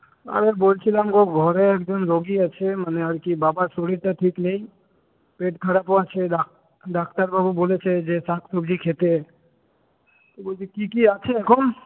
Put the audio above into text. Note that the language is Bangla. আরে বলছিলাম গো ঘরে একজন রোগী আছে মানে আর কি বাবার শরীরটা ঠিক নেই পেট খারাপও আছে ডাক্তারবাবু বলেছে যে শাকসবজি খেতে বলছি কী কী আছে এখন